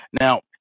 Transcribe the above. now